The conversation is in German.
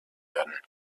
werden